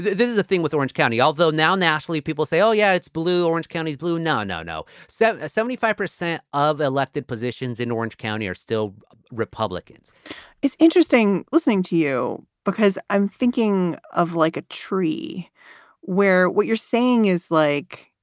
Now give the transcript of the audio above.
this is the thing with orange county, although now nationally people say, oh, yeah, it's blue. orange county's blue. no, no, no. so seventy five percent of elected positions in orange county are still republicans it's interesting listening to you, because i'm thinking of like a tree where what you're saying is like